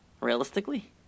realistically